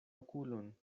okulon